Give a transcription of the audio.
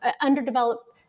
underdeveloped